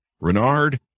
Renard